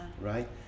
right